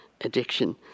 addiction